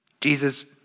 Jesus